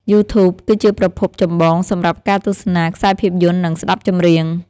យូធូប គឺជាប្រភពចម្បងសម្រាប់ការទស្សនាខ្សែភាពយន្ត និងស្តាប់ចម្រៀង។